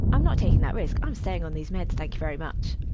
i'm not taking that risk i'm staying on these meds, thank you very much.